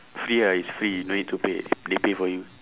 free ah it's free no need to pay they pay for you